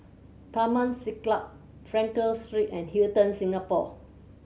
Taman Siglap Frankel Street and Hilton Singapore